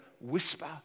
whisper